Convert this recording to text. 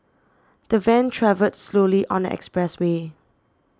the van travelled slowly on the expressway